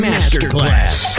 Masterclass